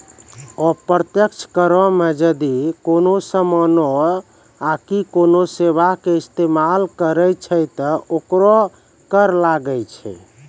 अप्रत्यक्ष करो मे जदि कोनो समानो आकि कोनो सेबा के इस्तेमाल करै छै त ओकरो कर लागै छै